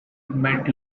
met